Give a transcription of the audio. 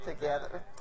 together